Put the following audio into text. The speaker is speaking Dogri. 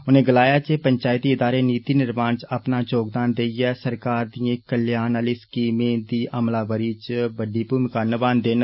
उने गलाया जे पंचैती इदारे नीति निर्माण च अपना योगदान देइये सरकार दरि कल्याण आहलिए स्कीमें दी अमलावरी च बड्डी भूमिका नभान्दे न